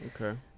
Okay